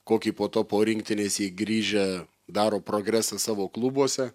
kokį po to po rinktinės jei grįžę daro progresą savo klubuose